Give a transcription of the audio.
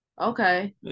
Okay